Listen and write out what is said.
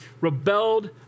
rebelled